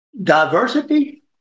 Diversity